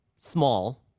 small